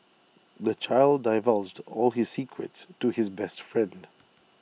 the child divulged all his secrets to his best friend